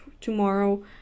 tomorrow